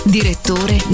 Direttore